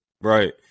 right